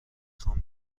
خوام